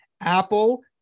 Apple